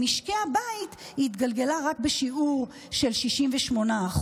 למשקי הבית היא התגלגלה רק בשיעור של 68%,